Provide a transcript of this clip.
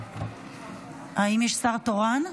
האם יש שר תורן?